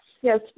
yes